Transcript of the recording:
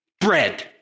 bread